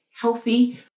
healthy